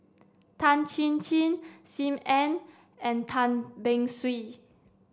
Tan Chin Chin Sim Ann and Tan Beng Swee